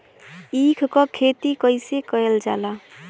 ईख क खेती कइसे कइल जाला?